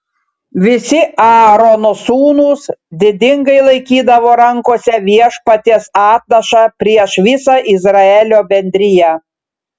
visi aarono sūnūs didingai laikydavo rankose viešpaties atnašą prieš visą izraelio bendriją